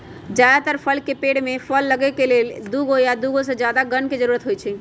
जदातर फल के पेड़ में फल लगे के लेल दुगो या दुगो से जादा गण के जरूरत होई छई